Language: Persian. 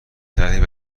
ترتیب